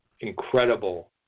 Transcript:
incredible